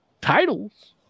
titles